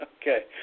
Okay